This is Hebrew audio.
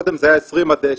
קודם זה היה 20 עד 64,